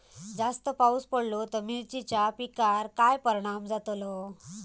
जास्त पाऊस पडलो तर मिरचीच्या पिकार काय परणाम जतालो?